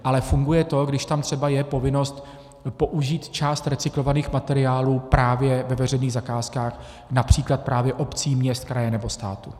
Ale funguje to, když tam třeba je povinnost použít část recyklovaných materiálů právě ve veřejných zakázkách například právě obcí, měst, kraje, nebo státu.